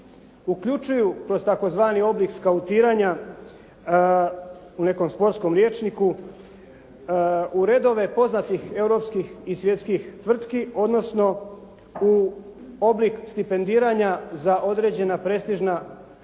uključuju kroz tzv. oblik skautiranja u nekom sportskom rječniku i redove poznatih europskih i svjetskih tvrtki odnosno u oblik stipendiranja za određena prestižna